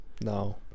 no